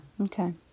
Okay